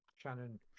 Shannon